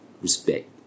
respect